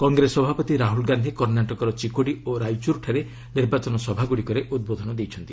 କଂଗ୍ରେସ ସଭାପତି ରାହୁଲ ଗାନ୍ଧି କର୍ଷାଟକର ଚ ଚିକୋଡ଼ି ଓ ରାଇଚୁର୍ଠାରେ ନିର୍ବାଚନ ସଭାଗୁଡ଼ିକରେ ଉଦ୍ବୋଧନ ଦେବେ